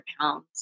pounds